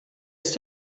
ist